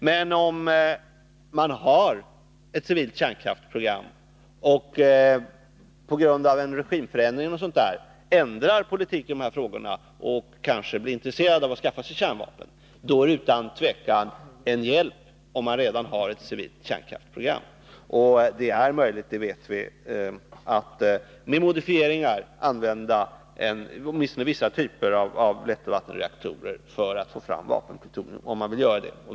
Men om man har ett civilt kärnkraftsprogram och på grund av t.ex. en regimförändring ändrar politiken i dessa frågor och kanske blir intresserad av att skaffa sig kärnvapen, då är det utan tvivel en hjälp om man redan har ett civilt kärnkraftsprogram. Vi vet att det är möjligt att med modifieringar använda åtminstone vissa typer av lättvattenreaktorer för att få fram vapenplutonium, om man vill göra det.